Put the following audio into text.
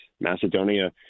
Macedonia